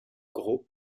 gros